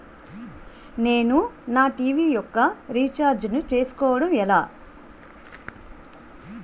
నేను నా టీ.వీ యెక్క రీఛార్జ్ ను చేసుకోవడం ఎలా?